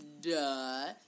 Duh